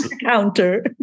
counter